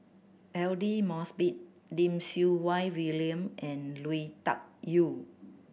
Aidli Mosbit Lim Siew Wai William and Lui Tuck Yew